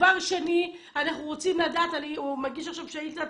דבר שני, הוא מגיש עכשיו שאילתה.